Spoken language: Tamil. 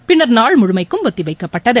பின்னர் நாள் முழுமைக்கும் ஒத்திவைக்கப்பட்டது